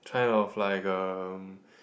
kind of like um